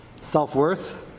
self-worth